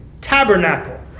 tabernacle